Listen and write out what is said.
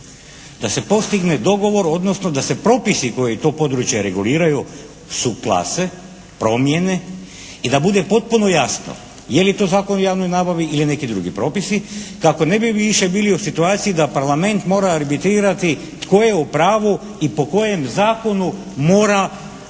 da se postigne dogovor odnosno da se propisi koji to područje reguliraju su klase, promjene i da bude potpuno jasno je li to Zakon o javnoj nabavi ili neki drugi propisi, kako ne bi više bili u situaciji da Parlament mora arbitrirati tko je u pravu i po kojem zakonu mora i